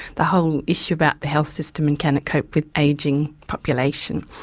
the whole issue about the health system and can it cope with ageing population.